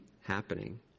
happening